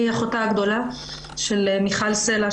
אני אחותה הגדולה של מיכל סלע,